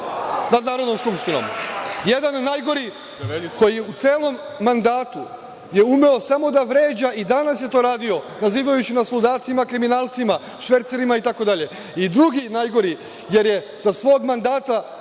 nad Narodnom skupštinom? Jedan najgori, koji u celom mandatu je umeo samo da vređa, i danas je to radio, nazivajući nas ludacima, kriminalcima, švercerima itd, i drugi najgori, jer je za svog mandata,